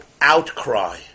outcry